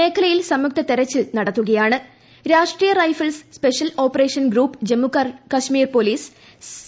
മേഖലയിൽ സംയുക്ത തെരച്ചിൽ നടത്തുകയാണ്ട് Rashtriya Rifles special operation group Jammu Kashmir police C